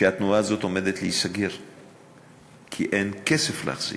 שהתנועה הזאת עומדת להיסגר כי אין כסף להחזיק.